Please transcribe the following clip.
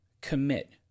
commit